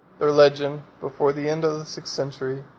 their legend, before the end of sixth century,